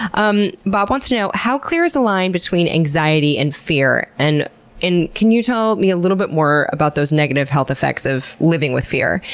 um, bob wants to know how clear is the line between anxiety and fear? and can you tell me a little bit more about those negative health effects of living with fear?